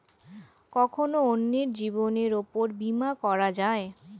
কখন অন্যের জীবনের উপর বীমা করা যায়?